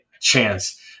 chance